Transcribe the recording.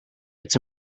it’s